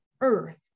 earth